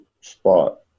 spot